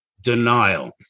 denial